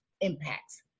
impacts